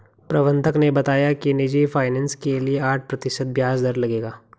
प्रबंधक ने बताया कि निजी फ़ाइनेंस के लिए आठ प्रतिशत ब्याज दर लगेगा